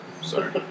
Sorry